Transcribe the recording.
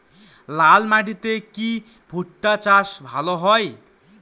লাল মাটিতে কি ভুট্টা চাষ ভালো হয়?